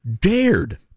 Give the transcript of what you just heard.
dared